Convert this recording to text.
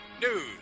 news